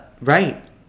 Right